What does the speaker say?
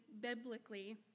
biblically